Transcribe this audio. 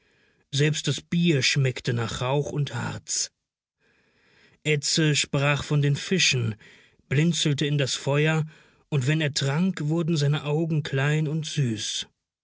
selbst das bier schmeckte nach rauch und harz edse sprach von den fischen blinzelte in das feuer und wenn er trank wurden seine augen klein und süß